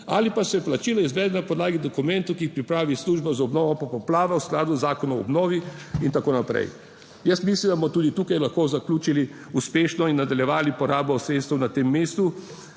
ali pa se plačilo izvede na podlagi dokumentov, ki jih pripravi služba za obnovo po poplavah v skladu z Zakonom o obnovi in tako naprej. Jaz mislim, da bomo tudi tukaj lahko zaključili uspešno in nadaljevali porabo sredstev na tem mestu,